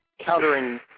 countering